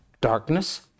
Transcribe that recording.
darkness